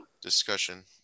discussion